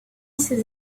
ses